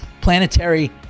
planetary